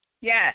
Yes